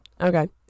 Okay